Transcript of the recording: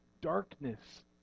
darkness